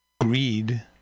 greed